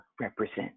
represent